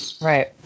Right